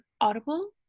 Audible